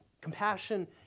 Compassion